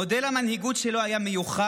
מודל המנהיגות שלו היה מיוחד,